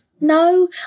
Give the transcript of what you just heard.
No